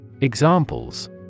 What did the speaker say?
Examples